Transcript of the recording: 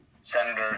senators